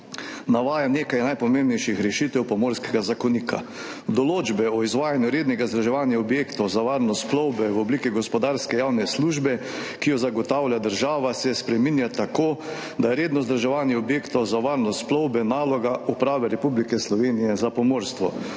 Navajam nekaj najpomembnejših rešitev Pomorskega zakonika. Določba o izvajanju rednega vzdrževanja objektov za varnost plovbe v obliki gospodarske javne službe, ki jo zagotavlja država, se spreminja tako, da je redno vzdrževanje objektov za varnost plovbe naloga Uprave Republike Slovenije za pomorstvo.